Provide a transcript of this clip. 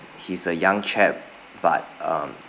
he's a young chap but um